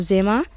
Zema